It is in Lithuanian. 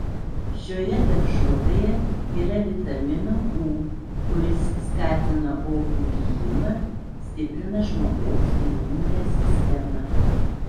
šioje daržovėje yra vitamino u kuris skatina opų gijimą stiprina žmogaus imuninę sistemą